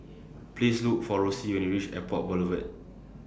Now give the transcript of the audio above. Please Look For Roxie when YOU REACH Airport Boulevard